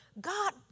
God